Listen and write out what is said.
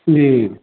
Sanjeev